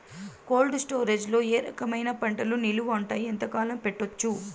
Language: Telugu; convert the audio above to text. కోల్డ్ స్టోరేజ్ లో ఏ రకమైన పంటలు నిలువ ఉంటాయి, ఎంతకాలం పెట్టొచ్చు?